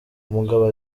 umugabo